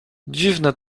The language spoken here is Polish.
dziwny